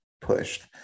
pushed